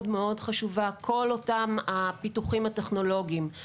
כל הפיתוחים הטכנולוגיים,